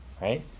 right